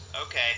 Okay